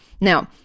Now